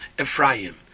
Ephraim